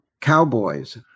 cowboys